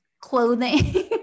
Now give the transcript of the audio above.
clothing